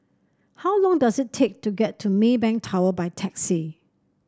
how long does it take to get to Maybank Tower by taxi